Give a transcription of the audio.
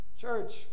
Church